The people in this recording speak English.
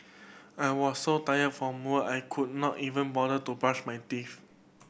I was so tired from work I could not even bother to brush my teeth